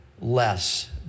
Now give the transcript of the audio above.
less